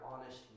honest